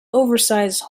oversize